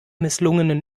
misslungenen